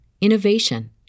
innovation